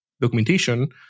documentation